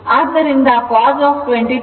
ಆದ್ದರಿಂದ cos 22